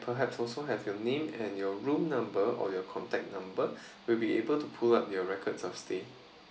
perhaps also have your name and your room number or your contact number we'll be able to pull up your records of stay